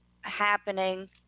happening